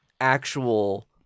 actual